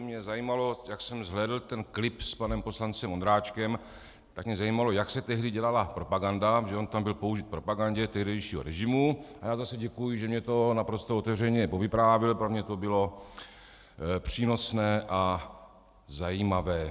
Mě zajímalo, jak jsem zhlédl ten klip s panem poslancem Ondráčkem, tak mě zajímalo, jak se tehdy dělala propaganda, protože on tam byl použit v propagandě tehdejšího režimu, a já zase děkuji, že mi to naprosto otevřeně povyprávěl, protože pro mě to bylo přínosné a zajímavé.